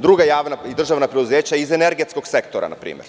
druga javna i državna preduzeća iz energetskog sektora, na primer?